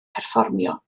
perfformio